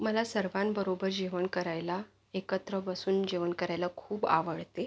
मला सर्वांबरोबर जेवण करायला एकत्र बसून जेवण करायला खूप आवडते